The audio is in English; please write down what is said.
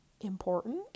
important